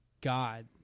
god